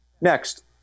Next